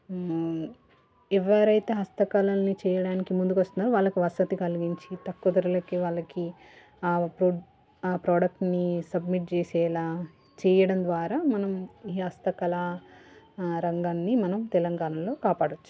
ఎవరైతే హస్తకళని చేయడానికి ముందుకొస్తున్నారో వాళ్ళకి వసతి కలిగించి తక్కువ ధరలకి వాళ్ళకి ఆ ఆ ప్రోడక్ట్ని సబ్మిట్ చేసేలా చేయడం ద్వారా మనం ఈ హస్తకళ రంగాన్ని మనం తెలంగాణలో కాపాడవచ్చు